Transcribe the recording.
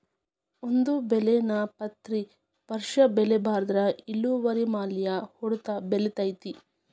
ಒಂದೇ ಬೆಳೆ ನಾ ಪ್ರತಿ ವರ್ಷ ಬೆಳಿಬಾರ್ದ ಇಳುವರಿಮ್ಯಾಲ ಹೊಡ್ತ ಬಿಳತೈತಿ